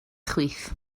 chwith